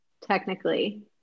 Technically